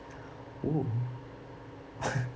oo